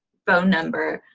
phone number.